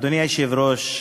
אדוני היושב-ראש,